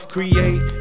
Create